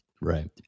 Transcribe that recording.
right